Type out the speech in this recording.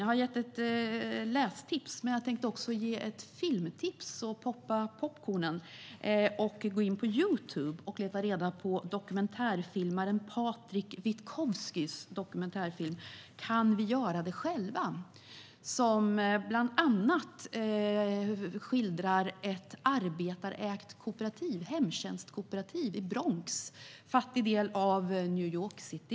Jag har gett lästips, men jag tänkte också ge ett filmtips, så poppa popcornen och gå in på Youtube och leta reda på dokumentärfilmaren Patrik Witkowskys film Kan vi göra det själva? Den skildrar bland annat ett arbetarägt hemtjänstkooperativ i Bronx, som är en fattig del av New York City.